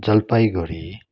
Jalpaiguri